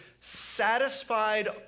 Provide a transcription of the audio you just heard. satisfied